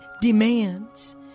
demands